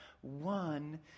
one